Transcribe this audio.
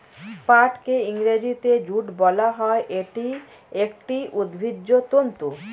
পাটকে ইংরেজিতে জুট বলা হয়, এটি একটি উদ্ভিজ্জ তন্তু